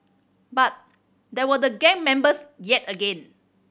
but there were the gang members yet again